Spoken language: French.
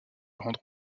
rendre